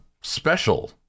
special